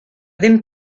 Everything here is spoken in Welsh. ddim